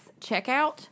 checkout